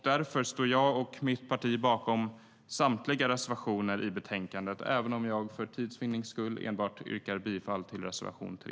Därför står jag och mitt parti bakom samtliga reservationer i betänkandet, även om jag för tids vinnande yrkar bifall endast till reservation 3.